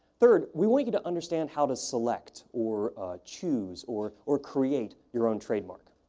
third, we want you to understand how to select or choose or or create your own trademark.